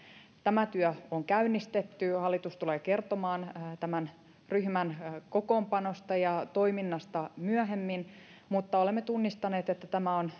tämä työ on käynnistetty hallitus tulee kertomaan tämän ryhmän kokoonpanosta ja toiminnasta myöhemmin mutta olemme tunnistaneet että tämä on